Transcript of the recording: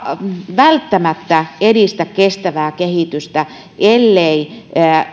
välttämättä edistä kestävää kehitystä ellei